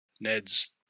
Ned's